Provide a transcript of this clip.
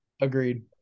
Agreed